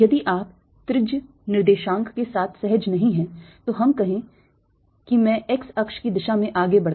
यदि आप त्रिज्य निर्देशांक के साथ सहज नहीं हैं तो हम कहें कि मैं x अक्ष की दिशा में आगे बढ़ता हूं